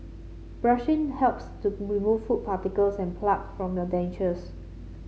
brushing helps to remove food particles and plaque from your dentures